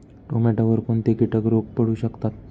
टोमॅटोवर कोणते किटक रोग पडू शकतात?